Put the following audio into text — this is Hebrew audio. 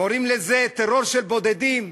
קוראים לזה טרור של בודדים.